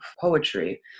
poetry